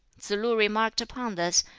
tsz-lu remarked upon this,